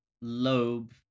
lobe